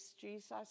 Jesus